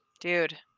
Dude